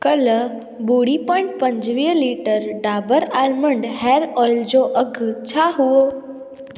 कल्ह ॿुड़ी पॉइंट पंजवीह litre Dabur almond hair oil जो अघु छा हुओ